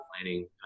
planning